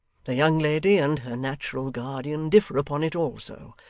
the young lady and her natural guardian differ upon it, also.